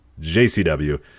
JCW